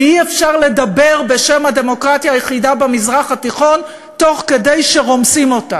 ואי-אפשר לדבר בשם הדמוקרטיה היחידה במזרח התיכון תוך כדי שרומסים אותה.